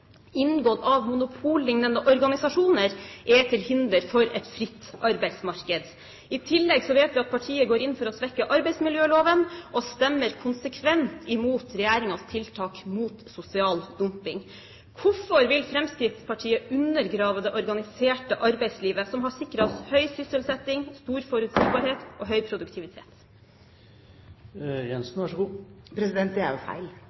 inngått av «monopollignende organisasjoner», er til hinder for et fritt arbeidsmarked. I tillegg vet vi at partiet går inn for å svekke arbeidsmiljøloven, og stemmer konsekvent imot regjeringens tiltak mot sosial dumping. Hvorfor vil Fremskrittspartiet undergrave det organiserte arbeidslivet som har sikret oss høy sysselsetting, stor forutsigbarhet og høy produktivitet? Det er jo feil.